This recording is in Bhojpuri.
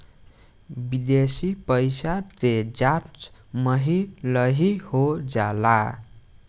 विदेशी पइसा के जाँच पहिलही हो जाला